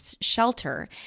shelter